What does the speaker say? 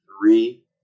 three